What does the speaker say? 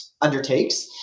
undertakes